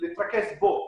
להתרכז בו.